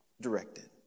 directed